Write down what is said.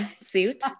suit